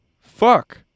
Fuck